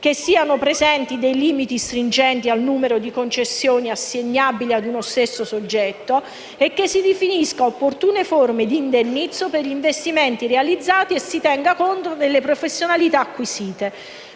che siano presenti dei limiti stringenti al numero di concessioni assegnabili ad un stesso soggetto e che si definiscano opportune forme di indennizzo per gli investimenti realizzati e si tenga conto delle professionalità acquisite.